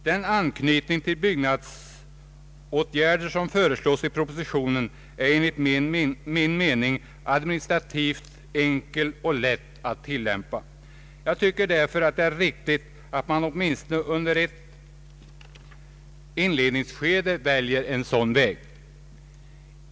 Den anknytning till byggnadsåtgärder som föreslås i propositionen är enligt min mening administrativt enkel och lätt att tillämpa. Jag tycker därför att det är riktigt att man åtminstone under ett inledningsskede väljer en sådan väg.